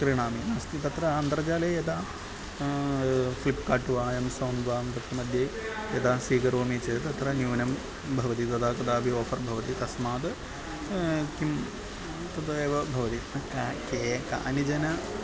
क्रीणामि नास्ति तत्र अन्तर्जाले यदा फ़्लिप्कार्ट् वा एम्साङ्ग् वा तत् मध्ये यदा स्वीकरोमि चेत् तत्र न्यूनं भवति तदा कदापि आफ़र् भवति तस्मात् किं तदा एव भवति का के कानिचन